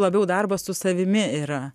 labiau darbas su savimi yra